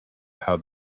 how